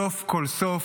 סוף כל סוף,